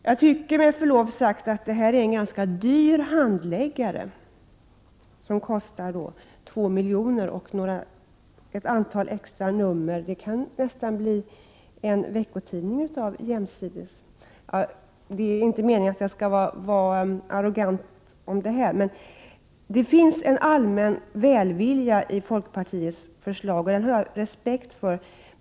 Jag tycker med förlov sagt att detta är en ganska dyr handläggare som kostar 2 milj.kr., även om det blir ett antal extra nummer av tidningen. Det kan nästan bli en veckotidning av Jämsides. Det är inte meningen att jag skall vara arrogant över detta. Det finns en allmän välvilja i folkpartiets förslag, och det har jag respekt för.